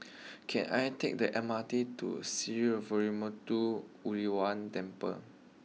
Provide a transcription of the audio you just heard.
can I take the M R T to Sree Veeramuthu Muneeswaran Temple